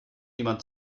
jemand